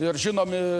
ir žinomi